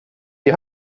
die